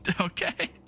Okay